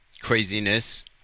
craziness